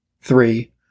three